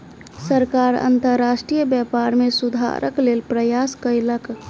सरकार अंतर्राष्ट्रीय व्यापार में सुधारक लेल प्रयास कयलक